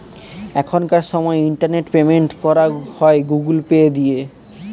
এখনকার সময় internet payment করা হয় গুগুল পে দিয়ে